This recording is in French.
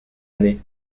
année